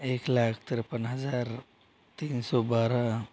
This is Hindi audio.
एक लाख तिरपन हजार तीन सौ बारह